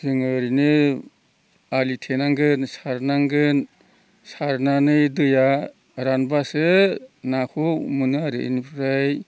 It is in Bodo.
जों ओरैनो आलि थेनांगोन सारनांगोन सारनानै दैया रानब्लासो नाखौ मोनो आरो इनिफ्राय